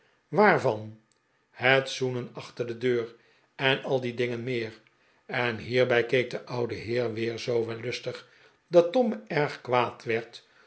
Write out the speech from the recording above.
waarvan vroeg tom het zoenen achter de deur en al die dingen meer en hierbij keek de oude heer weer zoo wellustig dat tom erg kwaad werd